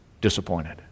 disappointed